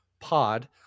Pod